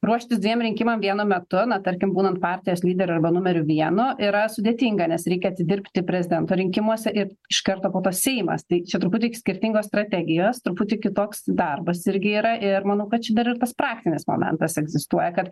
ruoštis dviem rinkimam vienu metu na tarkim būnant partijos lyderiu arba numeriu vienu yra sudėtinga nes reikia atidirbti prezidento rinkimuose ir iš karto po to seimas tai čia truputį skirtingos strategijos truputį kitoks darbas irgi yra ir manau kad čia dar ir tas praktinis momentas egzistuoja kad